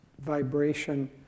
vibration